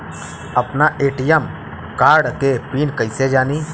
आपन ATM card के PIN कईसे जानी?